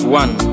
one